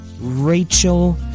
Rachel